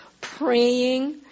praying